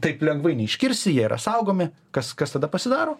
taip lengvai neiškirsi jie yra saugomi kas kas tada pasidaro